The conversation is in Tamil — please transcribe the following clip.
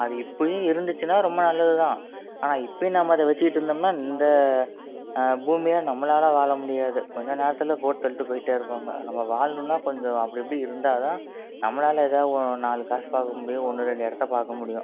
அது இப்போயும் இருந்துச்சுன்னா ரொம்ப நல்லது தான் ஆனால் இப்போயும் நாம் அதை வச்சுக்ட்டு இருந்தம்னா இந்த பூமியில நம்மளால் வாழ முடியாது கொஞ்ச நேரத்தில் போட்டு தள்ளிட்டு போயிட்டேருப்பாங்க நம்ம வாழனுன்னா கொஞ்சம் அப்படி இப்படி இருந்தால்தான் நம்மளால் ஏதா ஒரு நாலு காசு பார்க்க முடியும் ஒன்று ரெண்டு இடத்த பார்க்க முடியும்